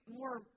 more